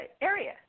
area